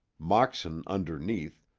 moxon underneath,